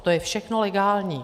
To je všechno legální.